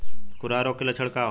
खुरहा रोग के लक्षण का होला?